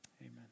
Amen